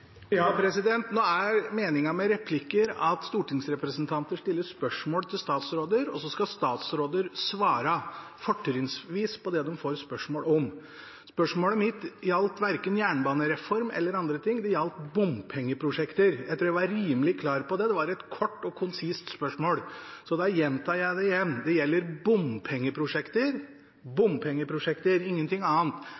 til statsråder, og så skal statsråder svare – fortrinnsvis på det de får spørsmål om. Spørsmålet mitt gjaldt verken jernbanereform eller andre ting. Det gjaldt bompengeprosjekter. Jeg tror jeg var rimelig klar på det. Det var et kort og konsist spørsmål. Så da gjentar jeg det: Det gjelder bompengeprosjekter